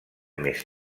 més